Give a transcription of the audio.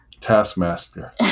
Taskmaster